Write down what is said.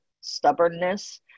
stubbornness